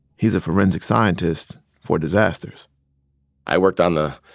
he's a forensic scientist for disasters i worked on the